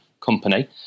company